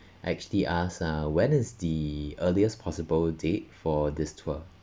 actually ask uh when is the earliest possible date for this tour